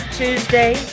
tuesday